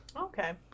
okay